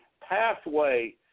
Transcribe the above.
pathway